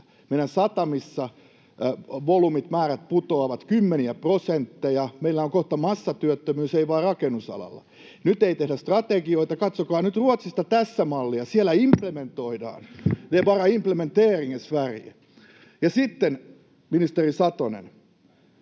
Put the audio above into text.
Meidän satamissa volyymit, määrät, putoavat kymmeniä prosentteja, ja meillä on kohta massatyöttömyys, ei vain rakennusalalla. Nyt ei tehdä strategioita. Katsokaa nyt Ruotsista tässä mallia. Siellä implementoidaan. Det är bara